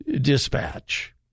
Dispatch